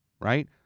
right